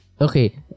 Okay